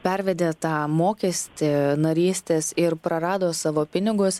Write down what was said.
pervedė tą mokestį narystės ir prarado savo pinigus